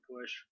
push